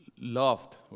loved